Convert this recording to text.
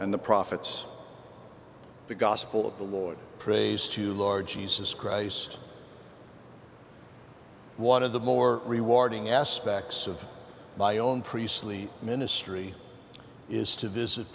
and the prophets the gospel of the lord praise to large jesus christ one of the more rewarding aspects of my own priestly ministry is to visit